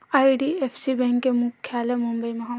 IDFC bank के मुख्यालय मुबई म हवय